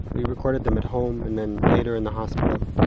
we recorded them at home, and then later in the hospital.